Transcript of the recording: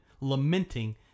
lamenting